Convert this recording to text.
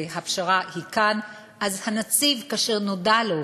והפשרה היא כאן, הנציב, כאשר נודע לו,